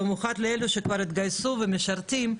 במיוחד לאלה שכבר התגייסו והם משרתים,